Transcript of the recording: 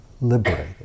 liberated